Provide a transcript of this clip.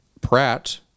Pratt